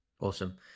awesome